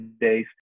days